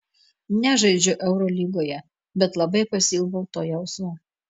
nežaidžiu eurolygoje bet labai pasiilgau to jausmo